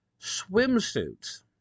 swimsuits